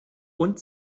und